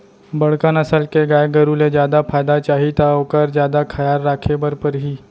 बड़का नसल के गाय गरू ले जादा फायदा चाही त ओकर जादा खयाल राखे बर परही